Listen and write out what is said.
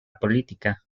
política